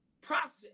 process